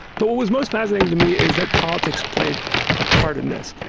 but what was most fascinating to me is that politics played a part in this.